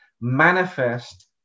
manifest